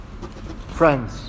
Friends